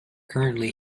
currently